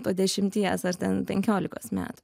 po dešimties ar ten penkiolikos metų